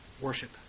worship